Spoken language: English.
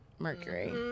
mercury